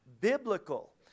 biblical